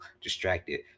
distracted